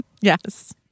yes